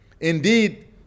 Indeed